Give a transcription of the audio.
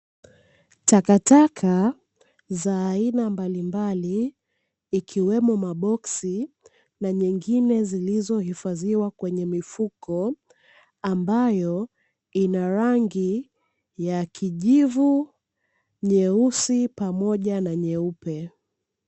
Takataka za aina mbalimbali ikiwemo maboksi na nyingine zilizohifadhiwa kwenye mifuko ambayo ina rangi ya kijivu, nyeusi pamoja na nyeupe.